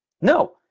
no